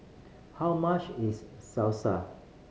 how much is Salsa